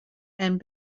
and